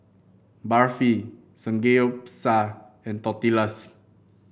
Barfi Samgeyopsal and Tortillas